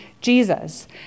Jesus